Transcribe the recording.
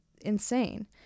insane